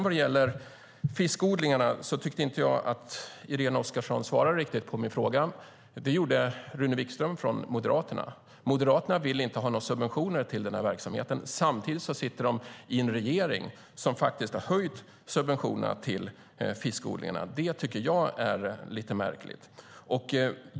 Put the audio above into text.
Vad gäller fiskodlingarna tyckte inte jag att Irene Oskarsson svarade riktigt på min fråga. Det gjorde Rune Wikström från Moderaterna. Moderaterna vill inte ha några subventioner till den här verksamheten. Samtidigt sitter de i en regering som faktiskt har höjt subventionerna till fiskodlingarna. Det tycker jag är lite märkligt.